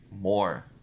more